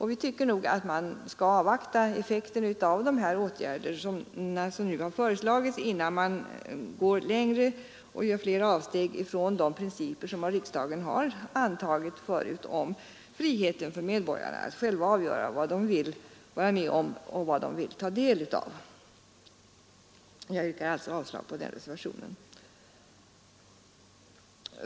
Vi tycker att man kan avvakta effekten av de åtgärder som nu har föreslagits innan man går längre och gör flera avsteg från de principer som riksdagen förut har antagit om friheten för medborgarna att själva avgöra vad de vill vara med om och ta del av. Jag yrkar alltså avslag på den reservationen.